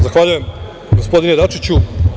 Zahvaljujem, gospodine Dačiću.